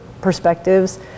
perspectives